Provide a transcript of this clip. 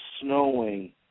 snowing